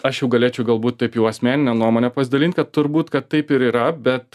aš jau galėčiau galbūt taip jau asmenine nuomone pasidalint turbūt kad taip ir yra bet